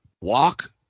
walk